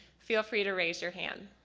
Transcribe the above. feel free to raise your hand.